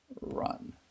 run